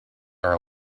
are